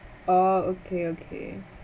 ah okay okay